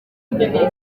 umwe